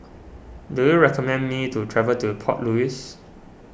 do you recommend me to travel to Port Louis